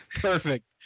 Perfect